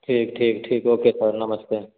ठीक ठीक ठीक ओके सर नमस्ते